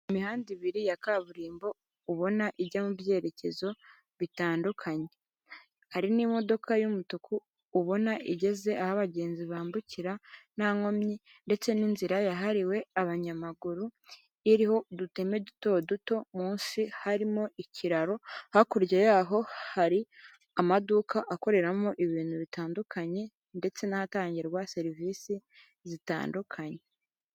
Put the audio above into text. Imihanda ibiri ya kaburimbo ubona ijya mu byerekezo bitandukanye, hari n'imodoka y'umutuku ubona igeze aho abagenzi bambukira nta nkomyi ndetse n'inzira yahariwe abanyamaguru iriho uduteme duto duto munsi harimo ikiraro, hakurya y'aho hari amaduka akoreramo ibintu bitandukanye ndetse n'ahatangirwa serivisi zitandukanye.